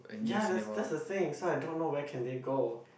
ya that's that's the thing so I don't know where can they go